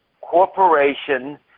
corporation